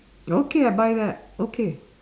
okay I'll buy that okay